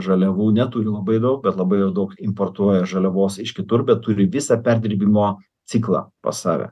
žaliavų neturi labai daug bet labai jau daug importuoja žaliavos iš kitur bet turi visą perdirbimo ciklą pas save